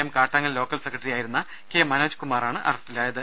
M Kattangal സ്റ്റോക്കൽ സെക്രട്ടറിയായിരുന്ന K മനോജ്കുമാ റാണ് അറസ്റ്റിലായത്